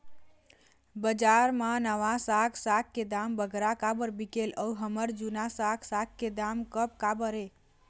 बजार मा नावा साग साग के दाम बगरा काबर बिकेल अऊ हमर जूना साग साग के दाम कम काबर बिकेल?